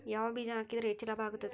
ಯಾವ ಬೇಜ ಹಾಕಿದ್ರ ಹೆಚ್ಚ ಲಾಭ ಆಗುತ್ತದೆ?